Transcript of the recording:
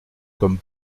comme